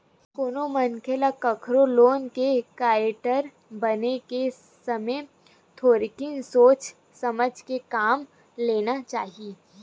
कोनो मनखे ल कखरो लोन के गारेंटर बने के समे थोरिक सोच समझ के काम लेना चाही